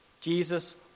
Jesus